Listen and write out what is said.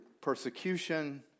persecution